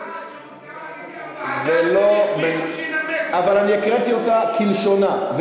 הצעה שהוצעה על-ידי הוועדה,